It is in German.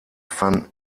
van